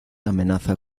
amenaza